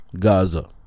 Gaza